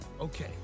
Okay